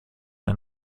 ein